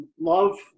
love